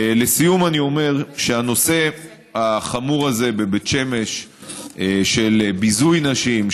לסיום אני אומר שהנושא החמור הזה בבית שמש של ביזוי נשים,